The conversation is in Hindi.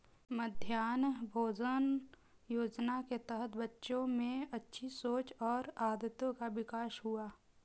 मध्याह्न भोजन योजना के तहत बच्चों में अच्छी सोच और आदतों का विकास हुआ